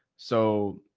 so